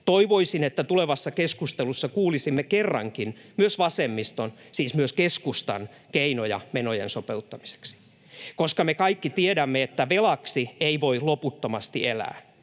Toivoisin, että tulevassa keskustelussa kuulisimme kerrankin myös vasemmiston — siis myös keskustan — keinoja menojen sopeuttamiseksi, koska me kaikki tiedämme, että velaksi ei voi loputtomasti elää.